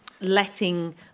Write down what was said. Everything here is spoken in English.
letting